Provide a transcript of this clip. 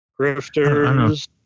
grifters